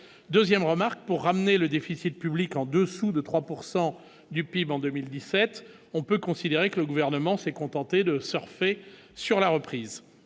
2ème remarque pour ramener le déficit public en dessous de 3 pourcent du PIB en 2017 on peut considérer que le gouvernement s'est contenté de surfer sur la reprise,